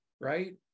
right